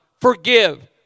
forgive